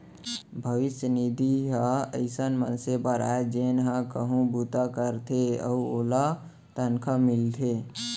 भविस्य निधि ह अइसन मनसे बर आय जेन ह कहूँ बूता करथे अउ ओला तनखा मिलथे